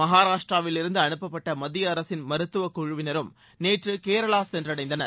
மகாராஷ்ட்டிராவிலிருந்து அனுப்பப்பட்ட மத்திய அரசின் மருத்துவக் குழுவினரும் நேற்று கேரளா சென்றடைந்தனர்